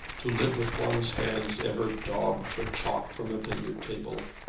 to live with one's hands ever daubed with chalk from a billiard-table,